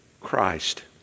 Christ